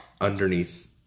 underneath